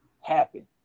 happen